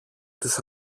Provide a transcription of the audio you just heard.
τους